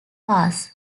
cars